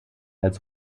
als